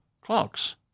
clocks